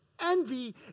Envy